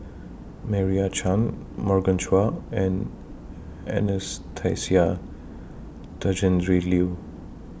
Meira Chand Morgan Chua and Anastasia Tjendri Liew